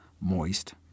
moist